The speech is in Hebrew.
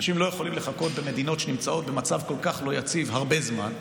ואנשים לא יכולים לחכות במדינות שנמצאות במצב כל כך לא יציב הרבה זמן,